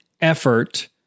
effort